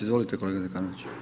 Izvolite kolega Zekanović.